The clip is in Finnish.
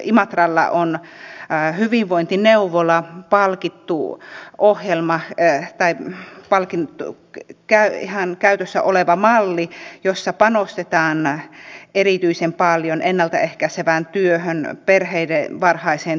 imatralla on hyvinvointineuvola palkittu ohjelma tai ihan käytössä oleva malli jossa panostetaan erityisen paljon ennalta ehkäisevään työhön perheiden varhaiseen tukemiseen